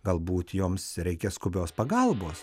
galbūt joms reikia skubios pagalbos